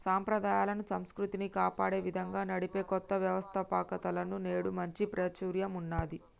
సంప్రదాయాలను, సంస్కృతిని కాపాడే విధంగా నడిపే కొత్త వ్యవస్తాపకతలకు నేడు మంచి ప్రాచుర్యం ఉన్నది